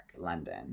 London